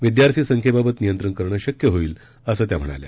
विद्यार्थी संख्येबाबत नियंत्रण करणं शक्य होईल असं त्या म्हणाल्या